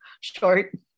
short